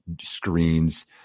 screens